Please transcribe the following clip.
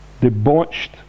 debauched